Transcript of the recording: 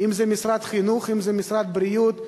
אם זה משרד החינוך, אם זה משרד הבריאות,